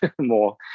more